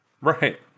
Right